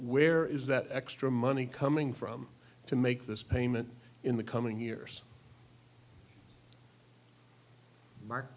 where is that extra money coming from to make this payment in the coming years mark